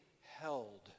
held